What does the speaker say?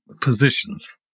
positions